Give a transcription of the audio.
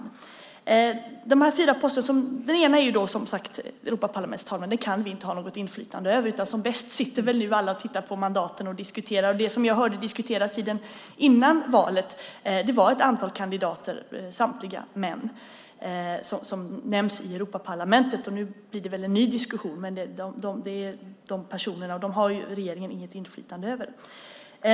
När det gäller dessa fyra poster är den ena, som sagt, Europaparlamentets talman. Den kan vi inte ha något inflytande över. Alla sitter väl nu som bäst och tittar på mandaten och diskuterar. Det som jag hörde diskuteras före valet i Europaparlamentet var ett antal kandidater som samtliga är män. Nu blir det väl en ny diskussion. Men dessa personer har regeringen inget inflytande över.